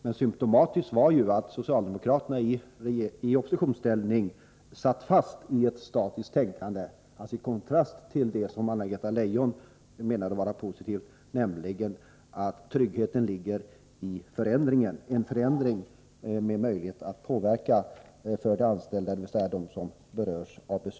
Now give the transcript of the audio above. Men symtomatiskt var att socialdemokraterna i oppositionsställning satt fast i ett statiskt tänkande i kontrast till det som Anna-Greta Leijon anser vara positivt, nämligen att tryggheten ligger i en förändring med möjlighet för dem som berörs av besluten att påverka dem.